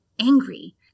angry